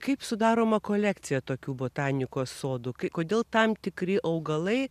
kaip sudaroma kolekcija tokių botanikos sodų kodėl tam tikri augalai